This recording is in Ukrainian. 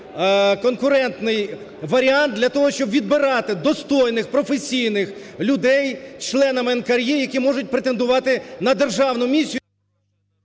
конкурентний варіант для того, щоб відбирати достойних, професійних людей членами НКРЕ, які можуть претендувати на державну місію…